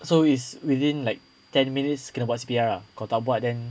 so it's within like ten minutes kena buat C_P_R ah kalau tak buat then